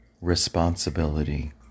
responsibility